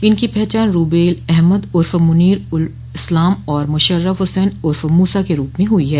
इनकी पहचान रूबेल अहमद उर्फ मुनीर उल इस्लाम और मुशर्रफ हुसैन उर्फ मूसा के रूप में हुई है